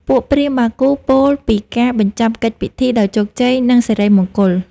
ពួកព្រាហ្មណ៍បាគូពោលពីការបញ្ចប់កិច្ចពិធីដោយជោគជ័យ និងសិរីមង្គល។